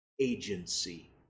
agency